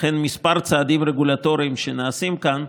לכן כמה צעדים רגולטוריים שנעשים כאן,